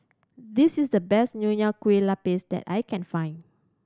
this is the best Nonya Kueh Lapis that I can find